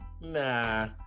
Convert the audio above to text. nah